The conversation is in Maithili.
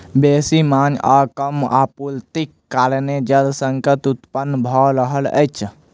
बेसी मांग आ कम आपूर्तिक कारणेँ जल संकट उत्पन्न भ रहल अछि